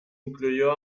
incluyó